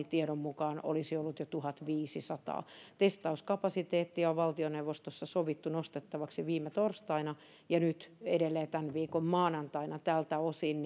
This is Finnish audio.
tiedon mukaan tänään olisi ollut jo tuhatviisisataa testauskapasiteettia on valtioneuvostossa sovittu nostettavaksi viime torstaina ja nyt edelleen tämän viikon maanantaina tältä osin